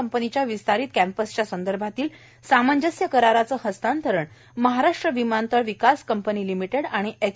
कंपनीच्या विस्तारित कॅम्पसच्या संदर्भातील सामंजस्य कराराचं हस्तांतरण महाराष्ट्र विमानतळ विकास कंपनी लिमिटेड आणि एच